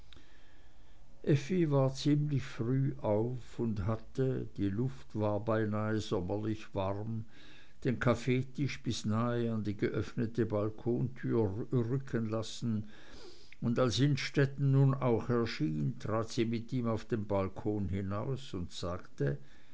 war ziemlich früh auf und hatte die luft war beinahe sommerlich warm den kaffeetisch bis nahe an die geöffnete balkontür rücken lassen und als innstetten nun auch erschien trat sie mit ihm auf den balkon hinaus und sagte